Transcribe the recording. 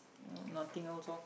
nothing else loh